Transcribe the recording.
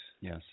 Yes